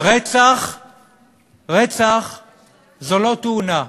רצח זה לא תאונה.